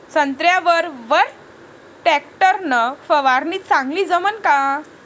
संत्र्यावर वर टॅक्टर न फवारनी चांगली जमन का?